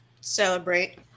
Celebrate